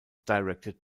directed